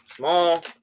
Small